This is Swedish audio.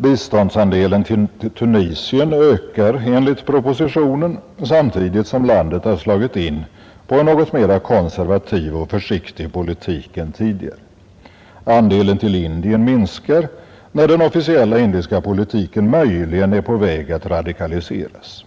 Biståndsandelen till Tunisien ökar enligt propositionen, samtidigt som landet har slagit in på en mera konservativ och försiktig politik än tidigare. Andelen till Indien minskar, när den officiella indiska politiken möjligen är på väg att radikaliseras.